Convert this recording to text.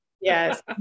Yes